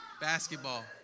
Basketball